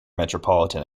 metropolitan